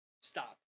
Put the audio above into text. stop